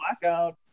blackout